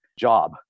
job